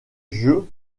jeux